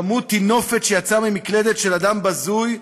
כמות טינופת שיצאה ממקלדת של אדם בזוי,